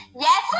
yes